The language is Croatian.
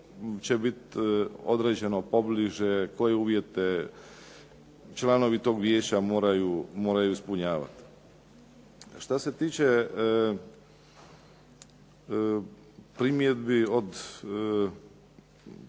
će biti određeno pobliže koje uvjete članovi tog vijeća moraju ispunjavati. Šta se tiče primjedbi od